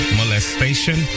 molestation